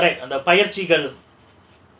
correct அந்த பயிற்சிகள்:andha payirchigal